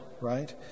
right